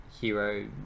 hero